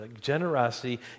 Generosity